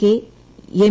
K M